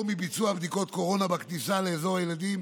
מביצוע בדיקות קורונה בכניסה לאזור ילדים